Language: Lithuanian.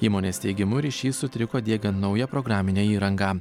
įmonės teigimu ryšys sutriko diegiant naują programinę įrangą